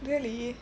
really